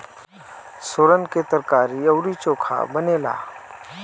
सुरन के तरकारी अउरी चोखा बनेला